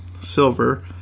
Silver